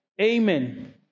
Amen